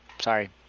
sorry